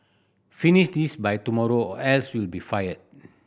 finish this by tomorrow or else you'll be fired